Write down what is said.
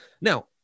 Now